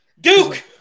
Duke